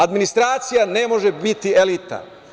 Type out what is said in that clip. Administracija ne može biti elita.